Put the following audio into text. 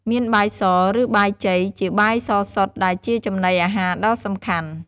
មានបាយស ឬ បាយជ័យ ជាបាយសសុទ្ធ ដែលជាចំណីអាហារដ៏សំខាន់។